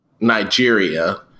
Nigeria